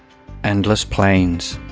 endless plains.